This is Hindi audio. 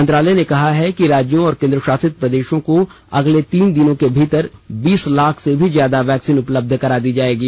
मंत्रालय ने कहा है कि राज्यों और केन्द्र शासित प्रदेशों को अगले तीन दिनों के भीतर बीस लाख से भी ज्यादा वैक्सीन उपलब्ध करा दी जाएंगी